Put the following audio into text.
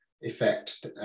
effect